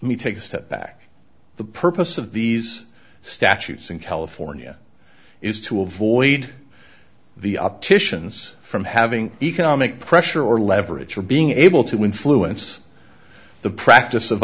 let me take a step back the purpose of these statutes in california is to avoid the opticians from having economic pressure or leverage or being able to influence the practice of